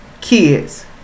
kids